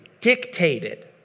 dictated